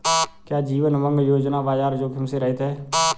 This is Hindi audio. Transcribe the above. क्या जीवन उमंग योजना बाजार जोखिम से रहित है?